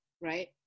right